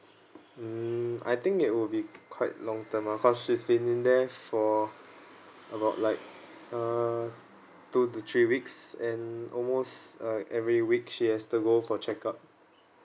mm I think it would be quite long term ah cause she's been in there for a lot like uh two to three weeks and almost uh every week she has to go for check up